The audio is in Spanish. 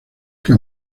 que